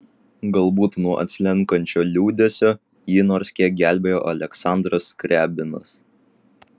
galbūt nuo atslenkančio liūdesio jį nors kiek gelbėjo aleksandras skriabinas